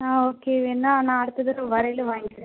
ஆ okay வேணுணா நான் அடுத்த தடவை வரையில் வாங்கிக்கிறேன்